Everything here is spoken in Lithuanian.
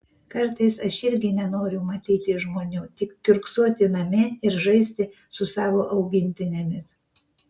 kartais aš irgi nenoriu matyti žmonių tik kiurksoti namie ir žaisti su savo augintinėmis